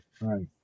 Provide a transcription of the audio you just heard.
right